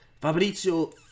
Fabrizio